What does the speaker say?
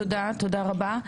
תודה רבה.